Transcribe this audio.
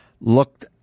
looked